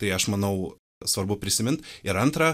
tai aš manau svarbu prisimint ir antra